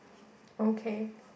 okay